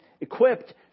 equipped